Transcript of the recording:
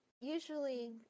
usually